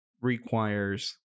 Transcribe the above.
requires